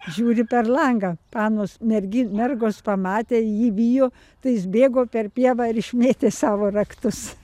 žiūri per langą panos mergi mergos pamatė jį vijo tai jis bėgo per pievą ir išmėtė savo raktus